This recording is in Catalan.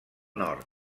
nord